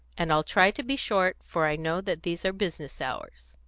and i'll try to be short, for i know that these are business hours.